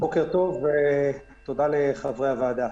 בוקר טוב ותודה לחברי הוועדה.